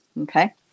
Okay